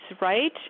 right